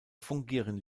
fungieren